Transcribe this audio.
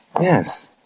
Yes